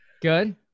Good